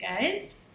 guys